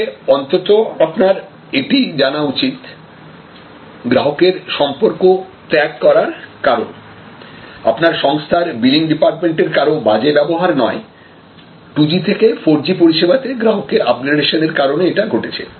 তবে অন্তত আপনার এটা জানা উচিত গ্রাহকের সম্পর্ক ত্যাগ করার কারণ আপনার সংস্থার বিলিং ডিপার্টমেন্টের কারো বাজে ব্যবহার নয় টুজি থেকে ফোরজি পরিষেবাতে গ্রাহকের আপগ্রেডেশন এর কারণে এটা ঘটেছে